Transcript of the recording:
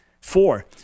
Four